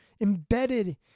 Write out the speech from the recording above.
embedded